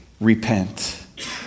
repent